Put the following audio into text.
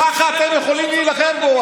ככה אתם יכולים להילחם בו.